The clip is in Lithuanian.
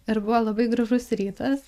ir buvo labai gražus rytas